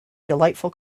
delightful